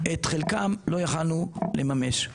את חלקם לא יכלנו לממש.